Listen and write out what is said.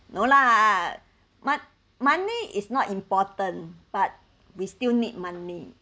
no lah mon~ money is not important but we still need money